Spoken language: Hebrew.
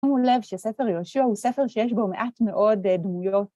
שימו לב שספר יהושוע הוא ספר שיש בו מעט מאוד דמויות.